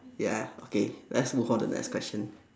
yeah okay let's move on to the next question